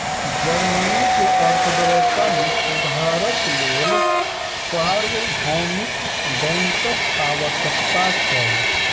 Germany के अर्थव्यवस्था मे सुधारक लेल सार्वभौमिक बैंकक आवश्यकता छल